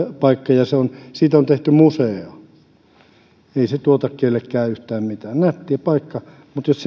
paikka ja siitä on tehty museo ei se tuota kenellekään yhtään mitään nätti paikka mutta jos